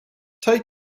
take